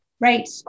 Right